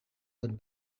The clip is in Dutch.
hun